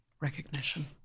recognition